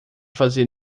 fazer